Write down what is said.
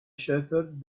shepherd